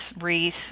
wreath